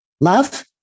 Love